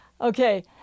Okay